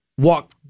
walk